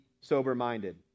sober-minded